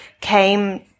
came